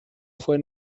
fue